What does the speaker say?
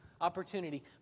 opportunity